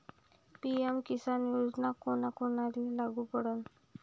PM Kisan योजना कोना कोनाले लागू पडन?